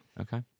Okay